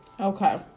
Okay